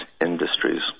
industries